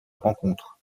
rencontre